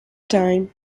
time